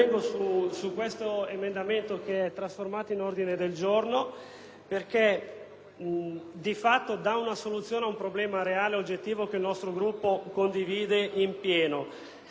di fatto dà soluzione ad un problema reale e oggettivo che il nostro Gruppo condivide pienamente. Siamo consapevoli dell'impossibilità attuale di inserirlo in una norma.